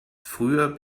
früher